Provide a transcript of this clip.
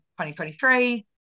2023